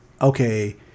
okay